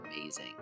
amazing